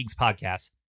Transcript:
Podcast